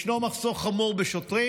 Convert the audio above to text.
ישנו מחסור חמור בשוטרים.